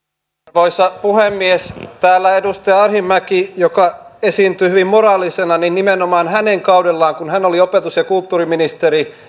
arvoisa puhemies kun täällä edustaja arhinmäki esiintyi hyvin moraalisena niin nimenomaan hänen kaudellaan kun hän oli opetus ja kulttuuriministeri